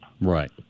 Right